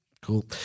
Cool